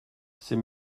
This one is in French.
c’est